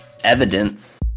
evidence